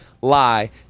lie